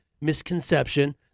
misconception